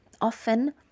Often